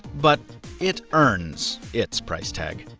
but it earns its price tag.